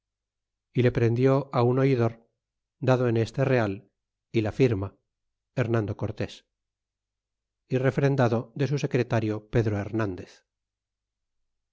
y le prendió á un oidor dado en este real y la firma hernando cortés y refrendado de su secretario pedro flernandez